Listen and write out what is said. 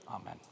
Amen